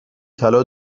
طلا